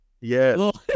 Yes